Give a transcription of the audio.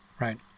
right